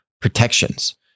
protections